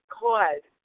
cause